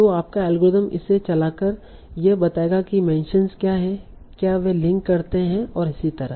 तो आपका एल्गोरिथ्म इसे चलाकर यह बताएगा कि मेंशनस क्या हैं वे क्या लिंक करते हैं और इसी तरह